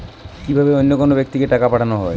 কি ভাবে অন্য কোনো ব্যাক্তিকে টাকা পাঠানো হয়?